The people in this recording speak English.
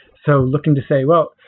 so looking to say, well,